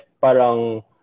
parang